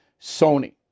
Sony